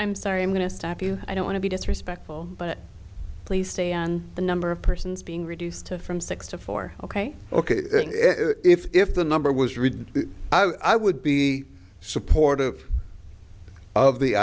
i'm sorry i'm going to stop you i don't want to be disrespectful but please stay on the number of persons being reduced to from six to four ok ok if the number was read i would be supportive of the